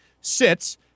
sits